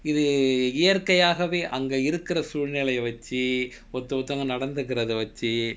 இது இயற்க்கையாகவே அங்கு இருக்கிற சூழ்நிலை வச்சு:ithu iyarkkaiyaakavae angu irukkira soolnilai vacchu